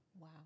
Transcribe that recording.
Wow